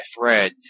thread